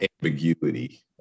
ambiguity